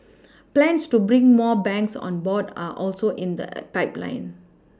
plans to bring more banks on board are also in the pipeline